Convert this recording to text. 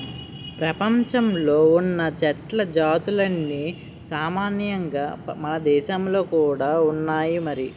ప్రపంచంలో ఉన్న చెట్ల జాతులన్నీ సామాన్యంగా మనదేశంలో కూడా ఉన్నాయి మరి